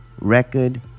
Record